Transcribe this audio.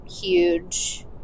huge